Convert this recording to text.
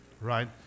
Right